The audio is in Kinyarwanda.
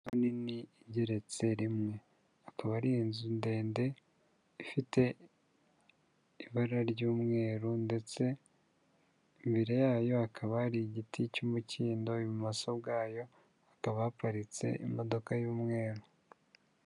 Inzu nini igeretse rimwe, akaba ari inzu ndende ifite ibara ry'umweru ndetse imbere yayo hakaba ari igiti cy'umukindo, ibumoso bwayo hakaba haparitse imodoka y'umweru.